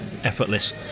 effortless